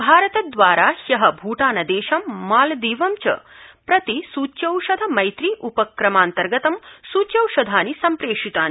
भारतद्वारा हय भूटानदेशं मालदीवं च प्रति सूच्यौषध मैत्री उपक्रमान्तर्गतं सूच्यौषधानि सम्प्रेषितानि